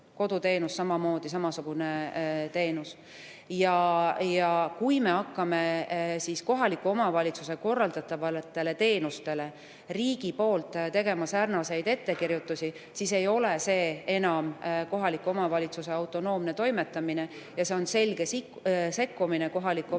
koduteenus on samasugune teenus. Kui me hakkame kohaliku omavalitsuse korraldatavate teenuste kohta riigi poolt ettekirjutusi tegema, siis ei ole see enam kohaliku omavalitsuse autonoomne toimetamine ja see on selge sekkumine kohaliku omavalitsuse